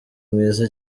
mwiza